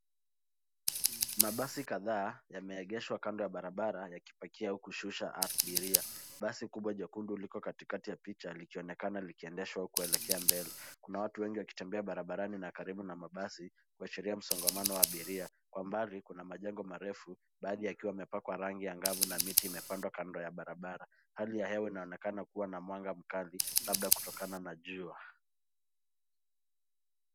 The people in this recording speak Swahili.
Mabasi kadhaa, yameegeshwa kando ya barabara, yakipakia au kushusha abiria. Basi kuja jekundu liko kati kati ya picha likionekana likiendeshwa kuelekea mbele. Kuna watu wengi wakitembea barabarani na karibu na mabasi, kuashiria msongamano wa abiria. Kwa mbali, kuna majengo marefu, baadhi yakiwa yamepakwa rangi ya ngavu na miti imepandwa kando ya barabara. Hali ya hewa inaonekana kuwa na mwanga mkali, labda kutokana na jua.